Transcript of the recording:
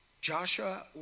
Joshua